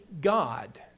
God